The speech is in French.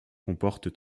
comporte